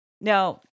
Now